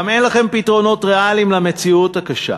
גם אין לכם פתרונות ריאליים למציאות הקשה,